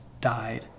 died